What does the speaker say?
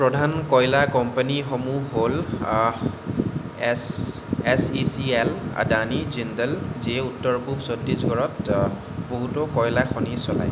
প্ৰধান কয়লা কোম্পানীসমূহ হ'ল S E C L Adani Jindal যিয়ে উত্তৰ পূব ছত্তীশগড়ত বহুতো কয়লা খনি চলায়